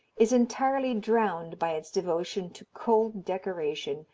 is entirely drowned by its devotion to cold decoration,